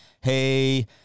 hey